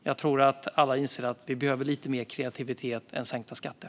Jag tror att alla inser att vi behöver lite mer kreativitet än sänkta skatter.